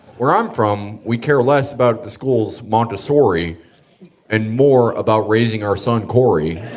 where i'm from, we care less about the schools montessori and more about raising our son corey